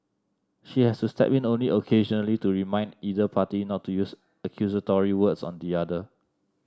she has to step in only occasionally to remind either party not to use accusatory words on the other